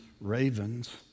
ravens